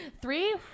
three